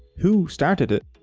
who started it,